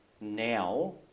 now